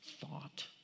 thought